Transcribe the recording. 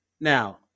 now